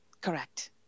Correct